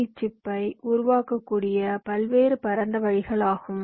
ஐ சிப்பை உருவாக்கக்கூடிய பல்வேறு பரந்த வழிகள் ஆகும்